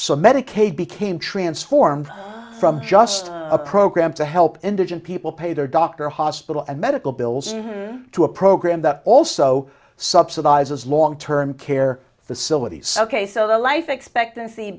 so medicaid became transformed from just a program to help indigent people pay their doctor hospital and medical bills to a program that also subsidizes long term care facilities ok so the life expectancy